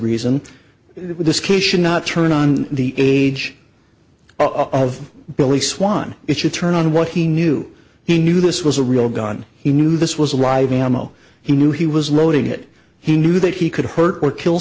reason this case should not turn on the age of billy swan it should turn on what he knew he knew this was a real gun he knew this was riding imo he knew he was loading it he knew that he could hurt or kill